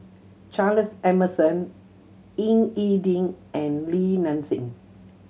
Charles Emmerson Ying E Ding and Li Nanxing